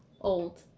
old